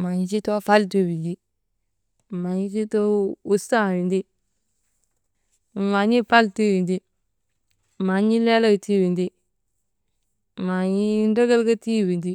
maan̰isii too faltuu windi, maan̰isii too wusaa windi, maan̰ii faltuu windi, maan̰ii leelewtuu windi, maan̰ii drekelkutii windi.